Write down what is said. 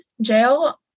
jail